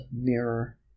mirror